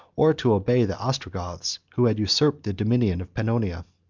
or to obey the ostrogoths, who had usurped the dominion of pannonia.